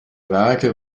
werke